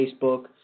Facebook